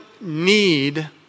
need